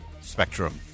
spectrum